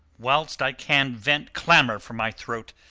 whilst i can vent clamour from my throat,